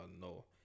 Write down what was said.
No